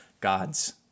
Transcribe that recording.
God's